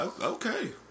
Okay